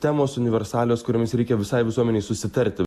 temos universalios kuriomis reikia visai visuomenei susitarti